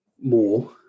more